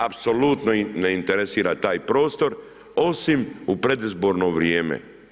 Apsolutno me interesira taj prostor osim u predizborno vrijeme.